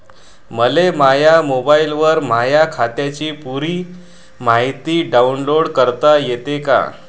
मले माह्या मोबाईलवर माह्या खात्याची पुरी मायती डाऊनलोड करता येते का?